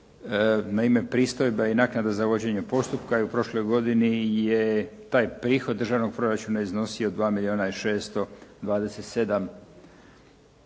naime pristojbe i naknade za vođenje postupka je u prošloj godini je taj prihod državnog proračuna iznosio 2 milijuna i 627.